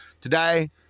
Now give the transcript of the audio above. Today